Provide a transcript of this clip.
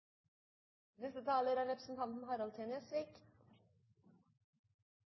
Neste taler er representanten